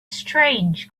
strange